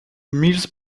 mills